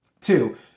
Two